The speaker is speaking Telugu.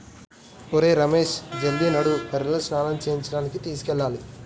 ఒరేయ్ రమేష్ జల్ది నడు బర్రెలను స్నానం చేయించడానికి తీసుకెళ్లాలి